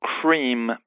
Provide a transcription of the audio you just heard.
cream